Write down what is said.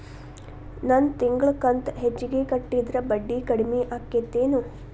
ನನ್ ತಿಂಗಳ ಕಂತ ಹೆಚ್ಚಿಗೆ ಕಟ್ಟಿದ್ರ ಬಡ್ಡಿ ಕಡಿಮಿ ಆಕ್ಕೆತೇನು?